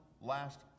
last